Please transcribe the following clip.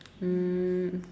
um